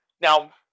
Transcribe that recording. Now